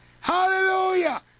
Hallelujah